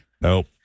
nope